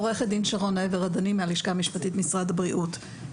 הלשכה המשפטית, משרד הבריאות.